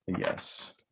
Yes